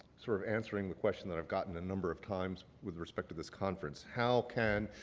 sort of answering the question that i've gotten a number of times with respect to this conference. how can